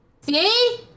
See